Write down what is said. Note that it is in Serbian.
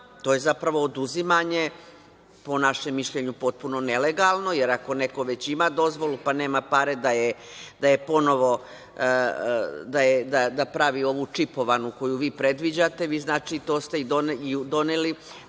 to je zapravo oduzimanje, po našem mišljenju potpuno nelegalno, jer ako neko već ima dozvolu pa nema pare da pravi ovu čipovanu koju vi predviđate, to ste i doneli